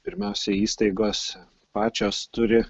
pirmiausia įstaigos pačios turi